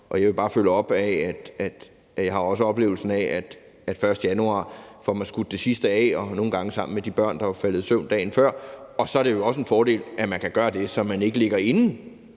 og jeg vil bare følge op med at sige, at jeg også har oplevelsen af, at man den 1. januar får skudt det sidste af, nogle gange sammen med de børn, der var faldet i søvn dagen før, og så er det jo en fordel, at man kan gøre det, så man ikke ligger inde